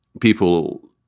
people